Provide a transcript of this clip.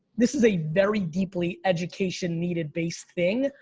this is a very deeply education needed base thing.